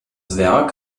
werk